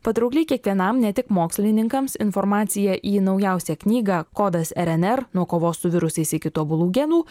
patraukli kiekvienam ne tik mokslininkams informaciją į naujausią knygą kodas rnr nuo kovos su virusais iki tobulų genų